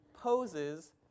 poses